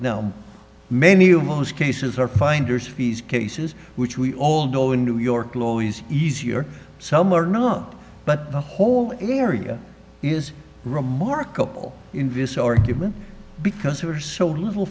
now many of most cases are finders fees cases which we all know in new york law is easier some are not but the whole area is remarkable in vs argument because you are so little